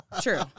true